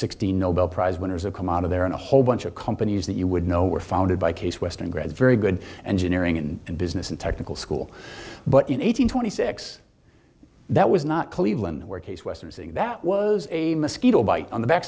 sixty nobel prize winners of come out of there and a whole bunch of companies that you would know were founded by case western grads very good and generic and in business and technical school but in eight hundred twenty six that was not cleveland where case western that was a mosquito bite on the back